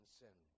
sin